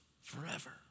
forever